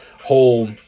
whole